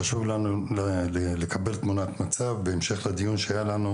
חשוב לנו לקבל תמונת מצב בהמשך לדיון שהיה לנו